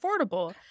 affordable